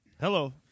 Hello